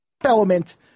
element